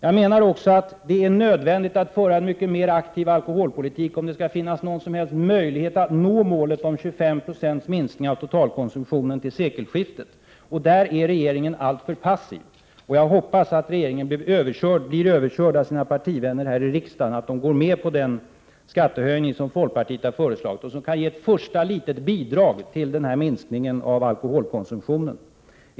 Jag menar också att det är nödvändigt att föra en mycket mer aktiv alkoholpolitik om det skall finnas någon som helst möjlighet att nå målet om en 25-procentig minskning av totalkonsumtionen fram till sekelskiftet. Där är regeringen alltför passiv. Jag hoppas att regeringen blir överkörd av sina partivänner här i riksdagen, att dessa går med på den skattehöjning som folkpartiet har föreslagit och som kan ge ett första litet bidrag till denna minskning av alkoholkonsumtionen.